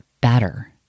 better